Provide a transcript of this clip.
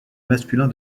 masculin